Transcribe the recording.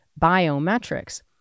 biometrics